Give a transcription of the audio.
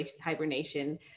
hibernation